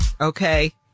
Okay